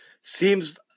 Seems